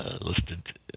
listed